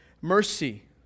Mercy